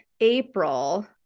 April